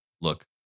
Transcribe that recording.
look